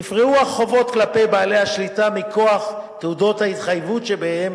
ייפרעו החובות כלפי בעלי השליטה מכוח תעודות ההתחייבות שבידיהם